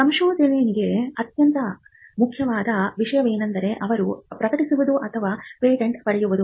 ಸಂಶೋಧಕನಿಗೆ ಅತ್ಯಂತ ಮುಖ್ಯವಾದ ವಿಷಯವೆಂದರೆ ಅವರು ಪ್ರಕಟಿಸುವುದು ಅಥವಾ ಪೇಟೆಂಟ್ ಪಡೆಯುವುದು